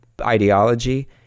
ideology